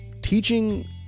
teaching